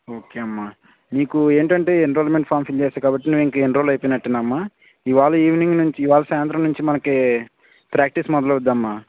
okay అమ్మా మీకు ఏంటంటే ఎన్రోల్మెంట్ ఫార్మ్ ఫిల్ చేస్తావు కాబట్టి నువ్వు ఇంకా ఎన్రోల్ అయిపోయనట్టే అమ్మా ఇవాళ ఈవినింగ్ నుంచి ఇవాళ సాయంత్రం నుంచి మనకి ప్రాక్టీస్ మొదలవుదమ్మా